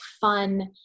fun